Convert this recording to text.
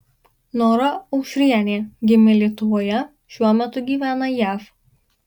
nora aušrienė gimė lietuvoje šiuo metu gyvena jav